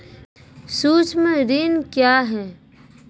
सुक्ष्म ऋण क्या हैं?